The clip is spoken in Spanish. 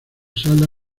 sala